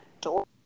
door